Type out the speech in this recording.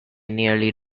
nearly